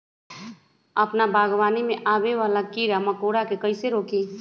अपना बागवानी में आबे वाला किरा मकोरा के कईसे रोकी?